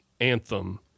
anthem